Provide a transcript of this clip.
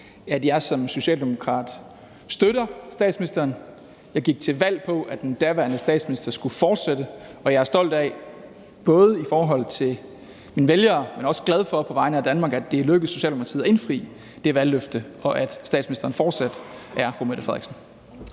at jeg som socialdemokrat støtter statsministeren. Jeg gik til valg på, at den daværende statsminister skulle fortsætte, og jeg er både stolt af, i forhold til mine vælgere, men også glad for på vegne af Danmark, at det er lykkedes Socialdemokratiet at indfri det valgløfte, og at statsministeren fortsat er fru Mette Frederiksen.